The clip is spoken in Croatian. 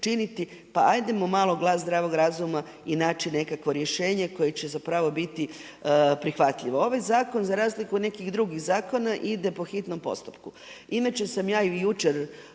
činiti, pa ajdemo malo glas zdravog razuma i naći nekakvo rješenje koje će za pravo biti prihvatljivo. Ovaj zakon za razliku od nekih drugih zakona ide po hitnom postupku. Inače sam ja i jučer